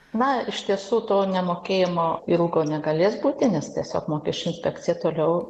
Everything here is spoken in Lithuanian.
na iš tiesų to nemokėjimo ilgo negalės būti nes tiesiog mokesčių inspekcija toliau